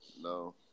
No